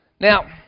Now